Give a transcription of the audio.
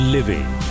Living